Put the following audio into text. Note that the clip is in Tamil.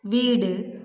வீடு